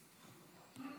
תודה רבה.